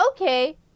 okay